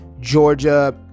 Georgia